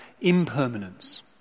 impermanence